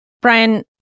Brian